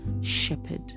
shepherd